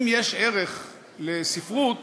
אם יש דרך לספרות